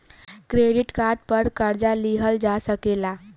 credit card पर कर्जा लिहल जा सकेला